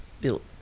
built